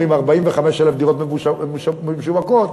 אומרים 45,000 דירות משווקות,